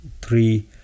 three